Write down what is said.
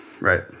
right